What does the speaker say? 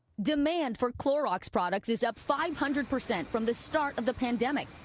demand for clorox products is up five hundred percent from the start of the pandemic.